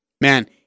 man